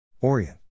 Orient